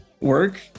work